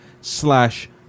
slash